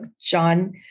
John